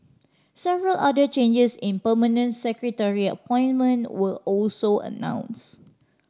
several other changes in permanent secretary appointment were also announced